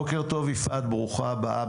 בוקר טוב, יפעת, ברוכה הבאה.